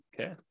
Okay